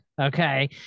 Okay